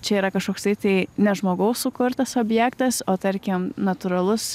čia yra kažkoksai tai ne žmogaus sukurtas objektas o tarkim natūralus